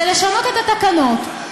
זה לשנות את התקנות,